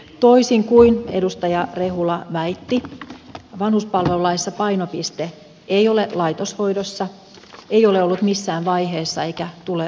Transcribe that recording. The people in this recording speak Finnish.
toisin kuin edustaja rehula väitti vanhuspalvelulaissa painopiste ei ole laitoshoidossa ei ole ollut missään vaiheessa eikä tule olemaan